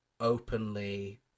openly